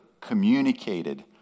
communicated